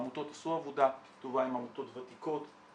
העמותות עשו עבודה טובה עם עמותות ותיקות,